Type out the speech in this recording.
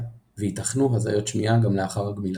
וייתכנו הזיות שמיעה גם לאחר הגמילה.